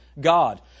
God